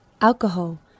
alcohol